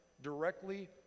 directly